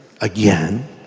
again